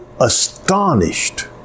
astonished